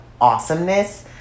awesomeness